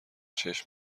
چشم